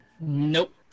Nope